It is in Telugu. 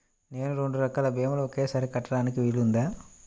నేను రెండు రకాల భీమాలు ఒకేసారి కట్టడానికి వీలుందా?